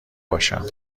باشم